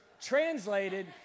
Translated